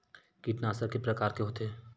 कीटनाशक के प्रकार के होथे?